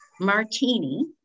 martini